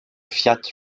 fiat